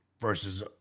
versus